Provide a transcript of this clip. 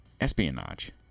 espionage